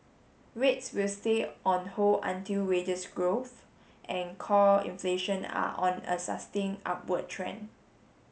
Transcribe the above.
rates will stay on hold until wages growth and core inflation are on a sustain upward trend